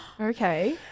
Okay